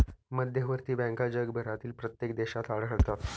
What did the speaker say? मध्यवर्ती बँका जगभरातील प्रत्येक देशात आढळतात